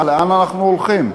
לאן אנחנו הולכים?